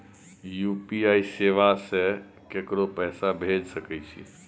UPI सेवा से ककरो पैसा भेज सके छी?